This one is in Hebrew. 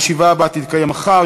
הישיבה הבאה תתקיים מחר,